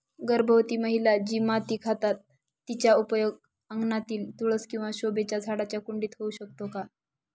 गर्भवती महिला जी माती खातात तिचा उपयोग अंगणातील तुळस किंवा शोभेच्या झाडांच्या कुंडीत होऊ शकतो का?